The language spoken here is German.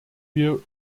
wir